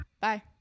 Bye